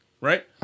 right